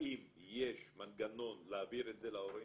האם יש מנגנון להעביר את זה להורים?